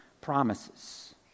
promises